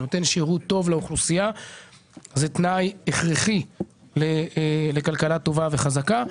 נותן שירות טוב לאוכלוסייה ותנאי הכרחי לכלכלה טובה וחזקה.